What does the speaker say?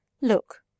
Look